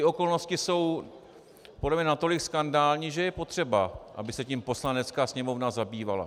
Okolnosti jsou podle mě natolik skandální, že je potřeba, aby se tím Poslanecká sněmovna zabývala.